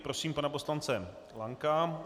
Prosím pana poslance Lanka.